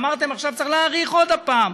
אמרתם שעכשיו צריך להאריך עוד פעם,